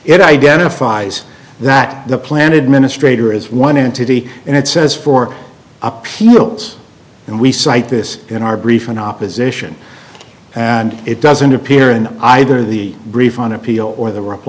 it identifies that the plan administrator is one entity and it says for appearance and we cite this in our brief in opposition and it doesn't appear in either the brief on appeal or the r